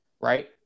right